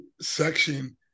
section